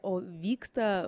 o vyksta